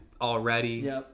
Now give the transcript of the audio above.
already